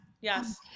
Yes